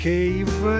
Cave